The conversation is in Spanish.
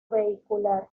vehicular